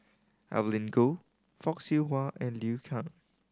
Evelyn Goh Fock Siew Wah and Liu Kang